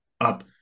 up